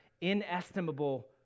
inestimable